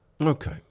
Okay